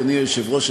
אדוני היושב-ראש,